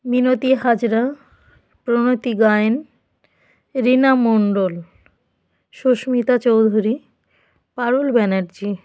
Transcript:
Minati Hazra Pranati Gayen Rina Mondal Sushmita Chowdhury Parul Banerjee